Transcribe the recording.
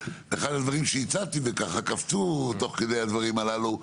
אחד הדברים שהצעתי וככה קפצו תוך כדי הדברים הללו,